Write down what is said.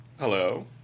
Hello